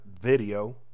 video